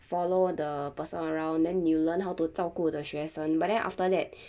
follow the person around then you learn how to 照顾 the 学生 but then after that